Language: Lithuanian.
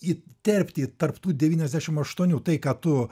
įterpti į tarp tų devyniasdešim aštuonių tai ką tu